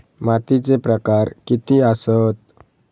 मातीचे प्रकार किती आसत?